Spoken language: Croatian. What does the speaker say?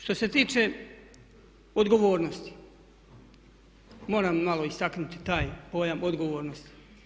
Što se tiče odgovornosti, moram malo istaknuti taj pojam odgovornosti.